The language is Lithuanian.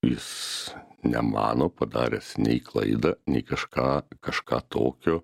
jis nemano padaręs nei klaidą nei kažką kažką tokio